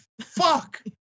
fuck